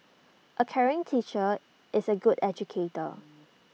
A caring teacher is A good educator